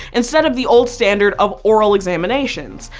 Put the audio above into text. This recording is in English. instead of the old standard of oral examinations.